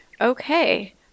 Okay